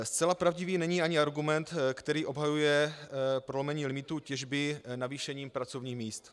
Zcela pravdivý není ani argument, který obhajuje prolomení limitů těžby navýšením pracovních míst.